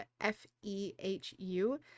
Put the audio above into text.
F-E-H-U